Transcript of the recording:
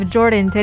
Jordan